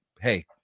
Hey